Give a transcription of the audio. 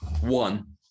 One